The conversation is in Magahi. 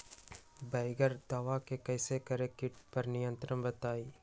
बगैर दवा के कैसे करें कीट पर नियंत्रण बताइए?